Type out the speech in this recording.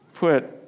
Put